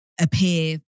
appear